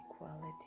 equality